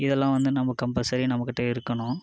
இதெல்லாம் வந்து நம்ம கம்பல்சரி நம்மக்கிட்ட இருக்கணும்